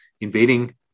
invading